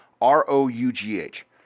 R-O-U-G-H